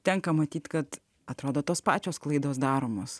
tenka matyt kad atrodo tos pačios klaidos daromos